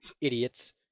idiots